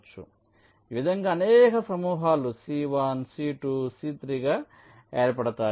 కాబట్టి ఈ విధంగా అనేక సమూహాలు C1 C2 C3 గా ఏర్పడతాయి